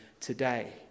today